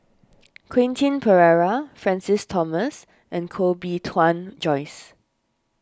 Quentin Pereira Francis Thomas and Koh Bee Tuan Joyce